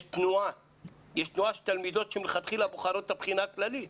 יש תנועה של תלמידות שמלכתחילה בוחרות את הבחינה הכללית